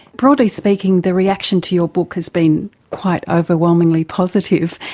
broadly speaking the reaction to your book has been quite ah overwhelmingly positive,